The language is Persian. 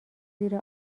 زیر